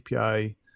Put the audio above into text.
API